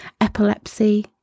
epilepsy